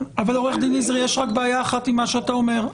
עורך דין נזרי, יש רק בעיה אחת עם מה שאת אומר.